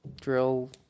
drill